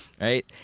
right